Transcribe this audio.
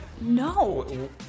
No